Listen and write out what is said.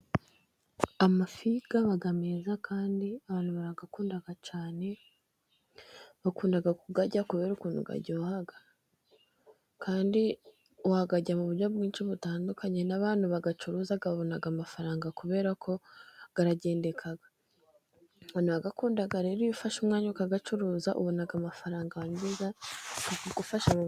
Amafi aba meza, kandi abantu barayakunda cyane, bakunda kuyarya kubera ukuntu aryoha kandi bayarya muburyo bwinshi butandukanye, n'abantu bayacuruza baboga amafaranga, kubera ko aragendeka, abantu barayakunda rero iyo ufashe umwanya ukayacuruza ubona amafaranga, warangiza akagufasha mu kwiteza imbere.